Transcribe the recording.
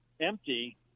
empty